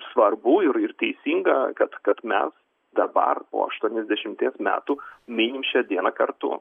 svarbu ir ir teisinga kad kad mes dabar po aštuoniasdešimties metų minim šią dieną kartu